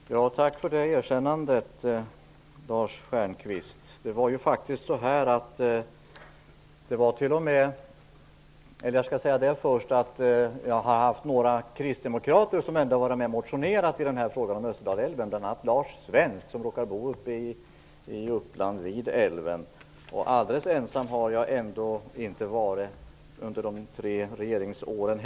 Fru talman! Tack för det erkännandet, Lars Först vill jag säga att några kristdemokrater ändå har varit med och motionerat i frågan om Österdalälven, bl.a. Lars Svensk som råkar bo längre upp i Uppland vid älven. Jag har heller inte varit alldeles ensam under de tre regeringsåren.